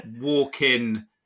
walk-in